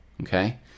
Okay